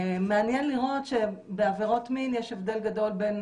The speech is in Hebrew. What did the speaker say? מעניין לראות שבעבירות מין יש הבדל גדול בין